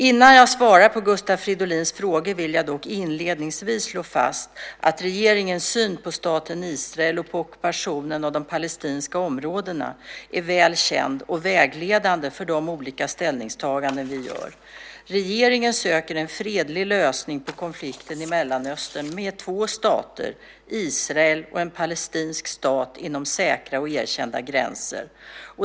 Innan jag svarar på Gustav Fridolins frågor vill jag dock inledningsvis slå fast att regeringens syn på staten Israel och på ockupationen av de palestinska områdena är väl känd och vägledande för de olika ställningstaganden vi gör. Regeringen söker en fredlig lösning på konflikten i Mellanöstern med två stater - Israel och en palestinsk stat - inom säkra och erkända gränser.